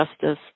Justice